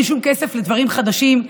אין שום כסף לדברים חדשים,